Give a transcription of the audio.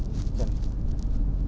takpe takpe